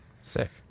Sick